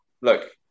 look